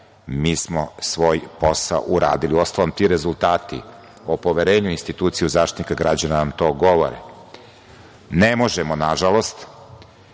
mi smo svoj posao uradili. Uostalom, ti rezultati o poverenju u instituciju Zaštitnika građana nam to govore. Ne možemo, nažalost,